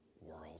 world